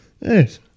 yes